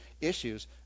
issues